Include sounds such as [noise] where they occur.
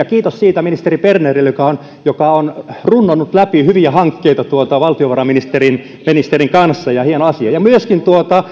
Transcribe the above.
[unintelligible] kiitos siitä ministeri bernerille joka on joka on runnonut läpi hyviä hankkeita valtiovarainministerin kanssa hieno asia myöskin